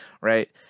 right